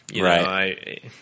Right